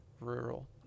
rural